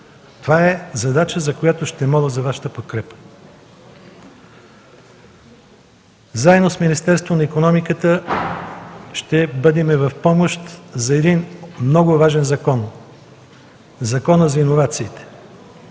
Това е задача, за която ще моля за Вашата подкрепа. Заедно с Министерството на икономиката ще бъдем в помощ за един много важен закон – Законът за иновациите.